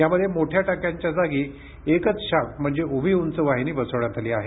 यामध्ये मोठ्या टाक्यांच्या जागी एकचं शाफ़्ट म्हणजे उभी उंच वाहिनी बसवण्यात आली आहे